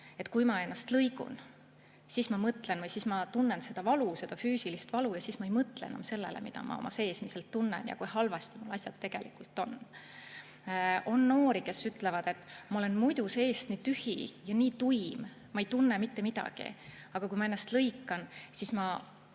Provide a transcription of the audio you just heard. kui ma ennast lõigun, siis ma tunnen seda valu, seda füüsilist valu, ja siis ma ei mõtle enam sellele, mida ma seesmiselt tunnen ja kui halvasti asjad tegelikult on." On noori, kes ütlevad: "Ma olen muidu seest tühi ja nii tuim, ma ei tunne mitte midagi, aga kui ma ennast lõikan, siis ma